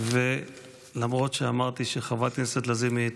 אני מודה לחברת הכנסת נעמה לזימי,